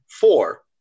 four